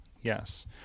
Yes